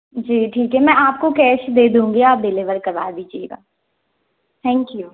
जी ठीक है मैं आपको कैश दे दूँगी आप डिलीवर करवा दीजिएगा थैंक यू